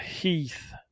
Heath